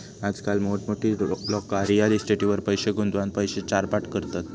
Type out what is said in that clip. आजकाल मोठमोठी लोका रियल इस्टेटीट पैशे गुंतवान पैशे चारपट करतत